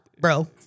bro